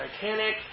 Titanic